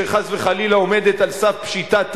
שחס וחלילה עומדת על סף פשיטת רגל,